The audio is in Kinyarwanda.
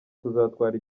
kuzatwara